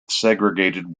segregated